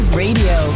radio